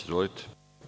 Izvolite.